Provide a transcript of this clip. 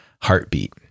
heartbeat